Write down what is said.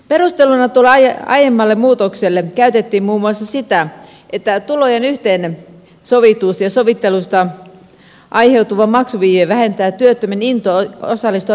perusteluna tuolle aiemmalle muutokselle käytettiin muun muassa sitä että tulojen yhteensovittelusta aiheutuva maksuviive vähentää työttömän intoa osallistua pelastustoimeen